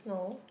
no